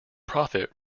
profit